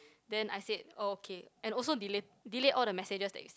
then I said oh okay and also delayed delete all the messages that you sent